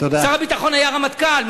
שר הביטחון היה רמטכ"ל.